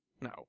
No